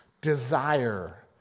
desire